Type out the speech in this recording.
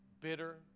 bitter